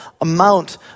amount